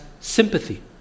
sympathy